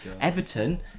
Everton